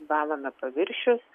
valome paviršius